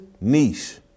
niche